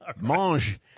Mange